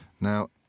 Now